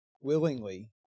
willingly